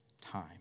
time